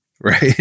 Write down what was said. right